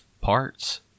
parts